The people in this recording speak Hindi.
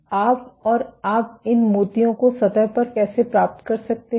तो आप और आप इन मोतियों को सतह पर कैसे प्राप्त कर सकते हैं